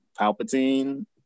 Palpatine